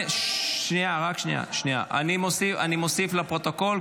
אני מוסיף לפרוטוקול,